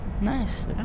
Nice